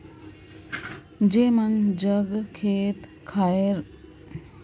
जेमन जग खेत खाएर नी रहें तेहू मन आएज काएल बाहिरे कमाए ले हिकेल जाथें